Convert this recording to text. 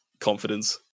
confidence